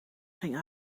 ging